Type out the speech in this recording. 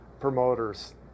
promoters